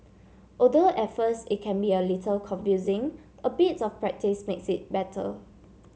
although at first it can be a little confusing a bit of practice makes it better